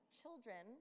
children